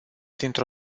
dintr